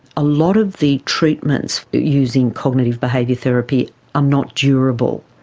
a lot of the treatments using cognitive behaviour therapy are not durable.